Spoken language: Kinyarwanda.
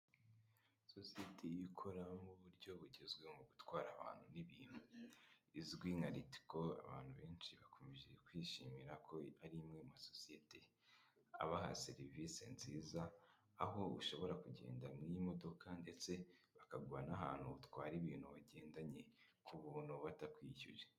Sosiyete ikora mu buryo bugezweho mu gutwara abantu n'ibintu bizwi nka RITCO abantu benshi bakomeje kwishimira ko ari imwe mu masosiyete abaha serivisi nziza aho ushobora kugenda mu iyi modoka ndetse bakaguha n'ahantu utwara ibintu wagendanye ku buntu batakwishyuje.